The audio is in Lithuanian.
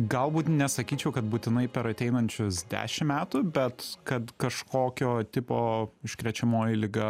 galbūt nesakyčiau kad būtinai per ateinančius dešim metų bet kad kažkokio tipo užkrečiamoji liga